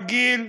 רגיל,